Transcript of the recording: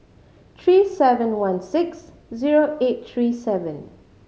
three seven one six zero eight three seven